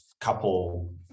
couple